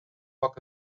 poc